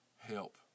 help